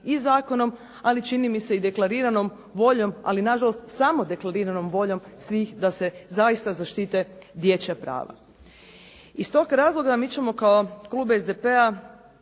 i zakonom, ali čini mi se i deklariranom voljom, ali nažalost samo deklariranom voljom svih da se zaista zaštite dječja prava. Iz tog razloga, mi ćemo kao klub SDP-a